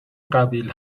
قبیل